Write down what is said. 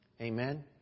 Amen